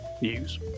news